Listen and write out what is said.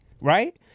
right